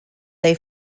they